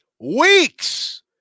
weeks